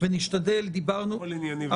הכול ענייני.